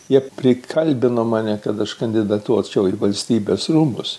jie prikalbino mane kad aš kandidatuočiau į valstybės rūmus